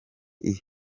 inota